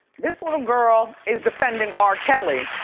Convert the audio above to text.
this little girl is defending r. kelly,